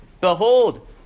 Behold